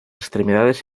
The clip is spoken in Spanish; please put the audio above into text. extremidades